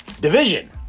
division